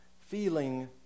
feeling